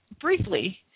briefly